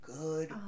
good